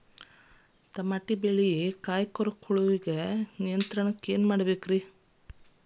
Tomato ಬೆಳೆಯ ಕಾಯಿ ಕೊರಕ ಹುಳುವಿನ ನಿಯಂತ್ರಣಕ್ಕ ಏನ್ ಮಾಡಬೇಕ್ರಿ?